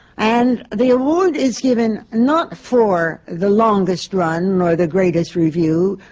and the award is given not for the longest run or the greatest review,